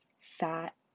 fat